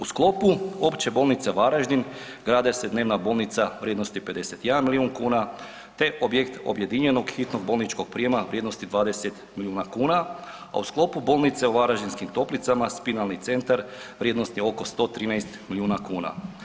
U sklopu Opće bolnice Varaždin grade se dnevna bolnica vrijednosti 51 milijun kuna te objekt objedinjenog hitnog bolničkog prijema vrijednosti 20 miliona kuna, a u sklopu bolnice u Varaždinskim Toplicama spinalni centra vrijednosti oko 113 milijuna kuna.